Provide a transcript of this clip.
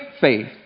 faith